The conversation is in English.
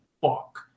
fuck